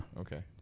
Okay